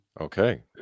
okay